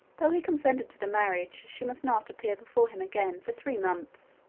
though he consented to the marriage, she must not appear before him again for three months.